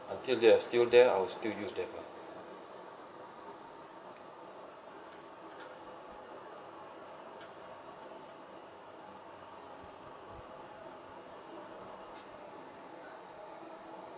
until they are still there I will still use them lah